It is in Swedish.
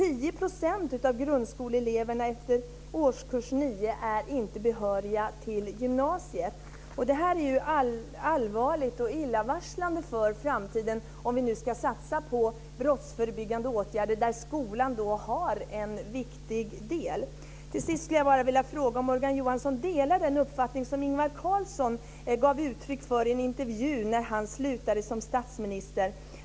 10 % av grundskoleeleverna är efter årskurs 9 inte behöriga till gymnasiet. Det är allvarligt och illavarslande för framtiden, om vi nu ska satsa på brottsförebyggande åtgärder där skolan har en viktig del. Till sist skulle jag bara vilja fråga om Morgan Johansson delar den uppfattning som Ingvar Carlsson gav uttryck för i en intervju när han slutade som statsminister.